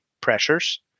pressures